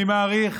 אני מעריך